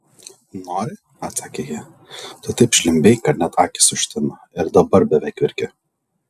nori atsakė ji tu taip žliumbei kad net akys užtino ir dabar beveik verki